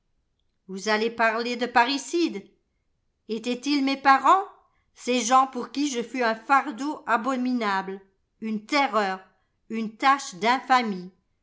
vous allez parler de parricide etaient ils mes parents ces gens pour qui je fus un fardeau abominable une terreur une tache